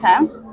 Okay